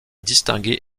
distingué